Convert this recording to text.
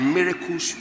Miracles